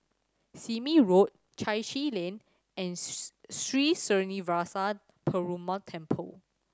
Sime Road Chai Chee Lane and Sri Srinivasa Perumal Temple